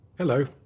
Hello